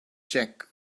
jake